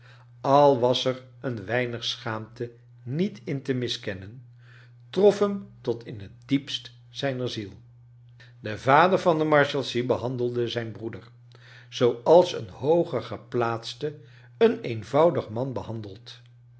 al was er een weinig schaamte niet in te miskennen trof hem tot in het diepst zijner ziel de vader van de marshalsea behandelde zijn broeder zooals een hooger geplaatste een eenvoudig man behandelt